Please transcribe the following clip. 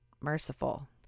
merciful